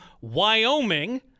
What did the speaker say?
Wyoming